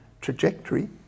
trajectory